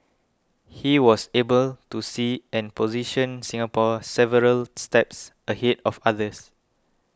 he was able to see and position Singapore several steps ahead of others